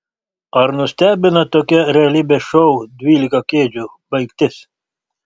ar nustebino tokia realybės šou dvylika kėdžių baigtis